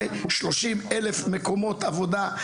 זה 30 אלף מקומות עבודה,